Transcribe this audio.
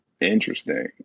interesting